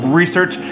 research